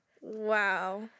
Wow